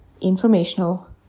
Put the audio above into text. informational